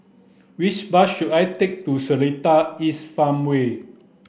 which bus should I take to Seletar East Farmway